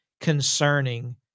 concerning